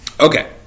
Okay